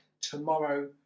tomorrow